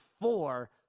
four